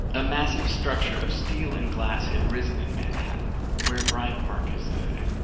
a massive structure of steel and glass had risen in manhattan where bryant park is today.